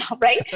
right